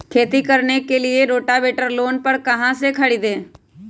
खेती करने के लिए रोटावेटर लोन पर कहाँ से खरीदे?